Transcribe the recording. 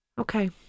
okay